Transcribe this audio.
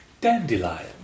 Dandelion